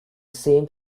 same